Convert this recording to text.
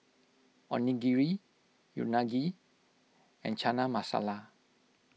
Onigiri Unagi and Chana Masala